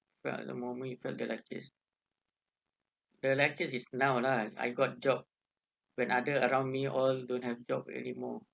describe the moment you felt the luckiest the luckiest is now lah I got job when other around me all don't have job anymore